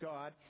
God